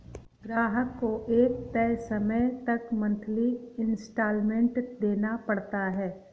ग्राहक को एक तय समय तक मंथली इंस्टॉल्मेंट देना पड़ता है